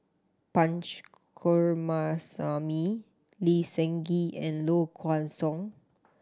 Punch Coomaraswamy Lee Seng Gee and Low Kway Song